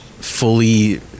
Fully